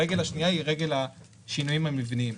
הרגל השנייה היא רגל השינויים המבניים.